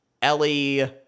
Ellie